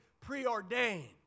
preordained